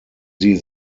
sie